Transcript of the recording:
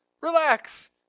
Relax